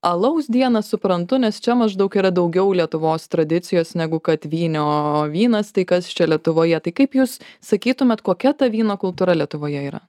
alaus dieną suprantu nes čia maždaug yra daugiau lietuvos tradicijos negu kad vynio o vynas tai kas čia lietuvoje tai kaip jūs sakytumėt kokia ta vyno kultūra lietuvoje yra